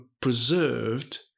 preserved